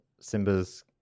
Simba's